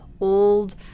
old